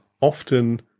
often